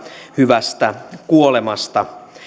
hyvästä kuolemasta